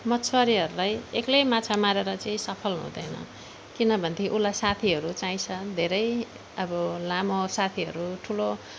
मछवारेहरूलाई एक्लै माछा मारेर चाहिँ सफल हुँदैन किन भनेदेखि उसलाई साथीहरू चाहिन्छ धेरै अब लामो साथीहरू ठुलो